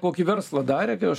kokį verslą darė kai aš